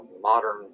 modern